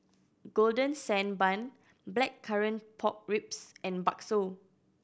Golden Sand Bun Blackcurrant Pork Ribs and bakso